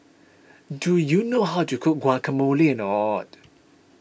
do you know how to cook Guacamole